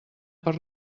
per